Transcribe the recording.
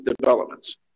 developments